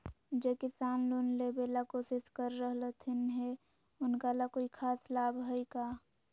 जे किसान लोन लेबे ला कोसिस कर रहलथिन हे उनका ला कोई खास लाभ हइ का?